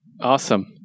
Awesome